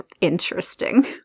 interesting